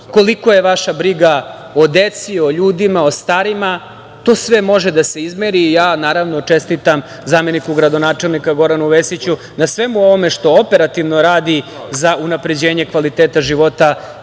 koliko je vaša briga o deci, o ljudima, o starima, to sve može da se izmeri. Ja čestitam zameniku gradonačelnika, Goranu Vesiću, na svemu ovome što operativno radi za unapređenje kvaliteta života